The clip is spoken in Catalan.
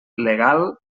legal